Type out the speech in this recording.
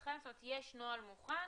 מבחינתכם שיש נוהל מוכן.